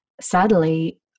sadly